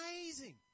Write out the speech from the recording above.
amazing